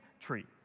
tree